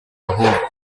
ahubwo